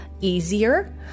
easier